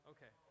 Okay